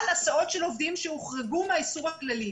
הסעות של עובדים שהוחרגו מהאיסור הכללי.